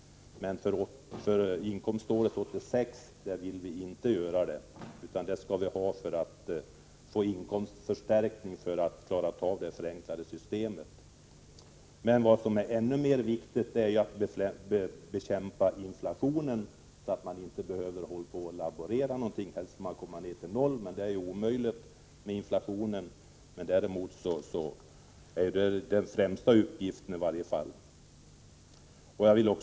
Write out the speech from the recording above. Men för inkomståret 1986 vill vi inte göra det, utan vi vill ha en inkomstförstärkning för att klara av det förenklade systemet. Vad som är ännu mera viktigt är att bekämpa inflationen. Om inflationen blir noll behöver vi inte laborera med basenheten. Det tycks nu vara omöjligt, men det är i alla fall den främsta uppgiften.